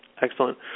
Excellent